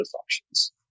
functions